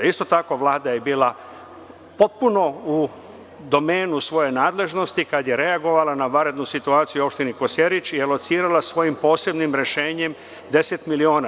Isto tako, Vlada je bila potpuno u domenu svoje nadležnosti kada je reagovala na vanrednu situaciju u opštini Kosjerić i alocirala svojim posebnim rešenjem 10 miliona.